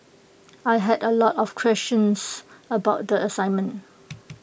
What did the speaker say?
I had A lot of questions about the assignment